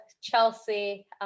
Chelsea